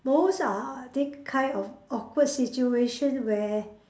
most are I think kind of awkward situation where